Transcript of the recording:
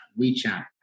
WeChat